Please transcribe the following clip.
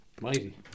Mighty